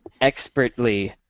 expertly